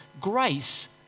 grace